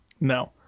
No